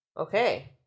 Okay